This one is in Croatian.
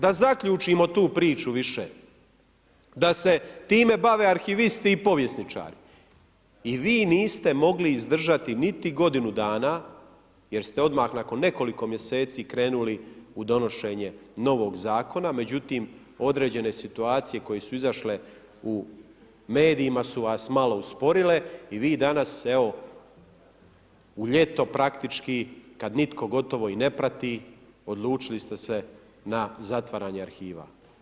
Da zaključimo tu priču više da se time bave arhivisti povjesničari i vi niste mogli izdržati niti godinu dana jer ste odmah nakon nekoliko mjeseci krenuli u donošenje novog zakona međutim određene situacije koje su izašle u medijima su vas malo usporile i vi danas evo u ljeto praktički, kada nitko gotovo i ne prati odlučili ste se na zatvaranje arhiva.